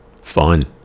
Fun